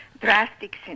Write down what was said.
drastic